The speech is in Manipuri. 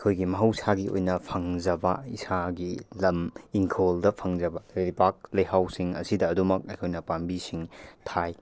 ꯑꯩꯈꯣꯏꯒꯤ ꯃꯍꯧꯁꯥꯒꯤ ꯑꯣꯏꯅ ꯐꯪꯖꯕ ꯏꯁꯥꯒꯤ ꯂꯝ ꯏꯪꯈꯣꯜꯗ ꯐꯪꯖꯕ ꯂꯩꯕꯥꯛ ꯂꯩꯍꯥꯎꯁꯤꯡ ꯑꯁꯤꯗ ꯑꯗꯨꯃꯛ ꯑꯩꯈꯣꯏꯅ ꯄꯥꯝꯕꯤꯁꯤꯡ ꯊꯥꯏ